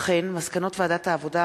וכן מסקנות ועדת העבודה,